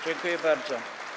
Dziękuję bardzo.